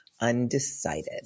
undecided